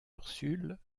ursule